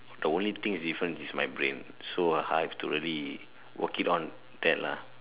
the only thing is different is my brain so I have to really work it on that lah